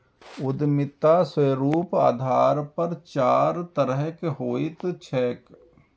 उद्यमिता स्वरूपक आधार पर चारि तरहक होइत छैक